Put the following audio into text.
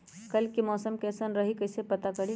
कल के मौसम कैसन रही कई से पता करी?